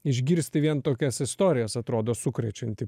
išgirsti vien tokias istorijas atrodo sukrečianti